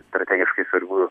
strategiškai svarbių